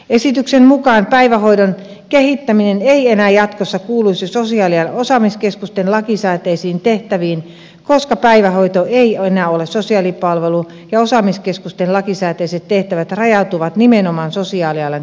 esityksen mukaan päivähoidon kehittäminen ei enää jatkossa kuuluisi sosiaalialan osaamiskeskusten lakisääteisiin tehtäviin koska päivähoito ei enää ole sosiaalipalvelu ja osaamiskeskusten lakisääteiset tehtävät rajautuvat nimenomaan sosiaalialan kehittämistoimintaan